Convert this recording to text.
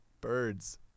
birds